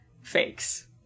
fakes